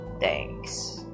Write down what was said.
Thanks